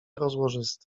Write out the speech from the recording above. rozłożysty